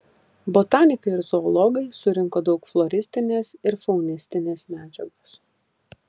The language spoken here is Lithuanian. botanikai ir zoologai surinko daug floristinės ir faunistinės medžiagos